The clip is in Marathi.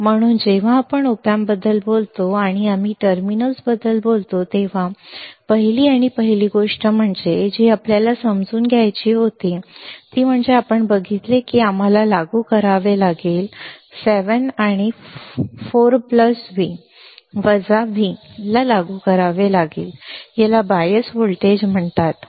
म्हणून जेव्हा आपण op amp बद्दल बोलतो आणि आम्ही टर्मिनल्स बद्दल बोलतो तेव्हा पहिली आणि पहिली गोष्ट जी आपल्याला समजून घ्यायची होती ती म्हणजे आपण बघितले की आम्हाला लागू करावे लागेल आम्हाला 7 आणि 4 प्लस V वजा V ला लागू करावे लागेल याला बायस व्होल्टेज म्हणतात ठीक आहे